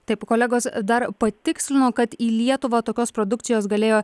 taip kolegos dar patikslino kad į lietuvą tokios produkcijos galėjo